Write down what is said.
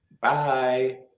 Bye